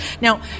Now